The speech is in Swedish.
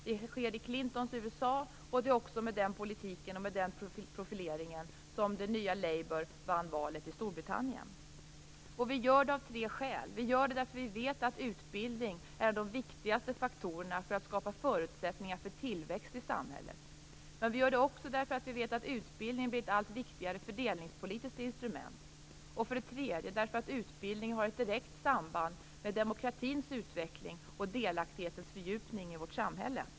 Så är det i Clintons USA, och det var med den politiken och den profileringen som det nya Labour vann valet i Storbritannien. Vi gör detta av tre skäl: Vi gör det därför att vi vet att utbildning är en av de viktigaste faktorerna för att skapa förutsättningar för tillväxt i samhället. Vi gör det också därför att vi vet att utbildning blir ett allt viktigare fördelningspolitiskt instrument, och därför att utbildning har ett direkt samband med demokratins utveckling och delaktighetens fördjupning i vårt samhälle.